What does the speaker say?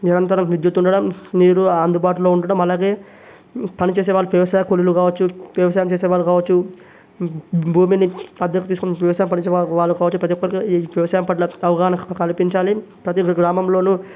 నిరంతరం విద్యుత్ ఉండడం నీరు అందుబాటులో ఉండడం అలానే పని చేసే వ్యవసాయ కూలీలు కావచ్చు వ్యవసాయం చేసే వాళ్ళు కావచ్చు భూమిని అద్దెకు తీసుకొని వ్యవసాయం పండించే వాళ్ల వాళ్లకు ప్రతి ఒక్కరికి వ్యవసాయం పట్ల అవగాహన కల్పించాలి ప్రతి ఒక గ్రామంలోనూ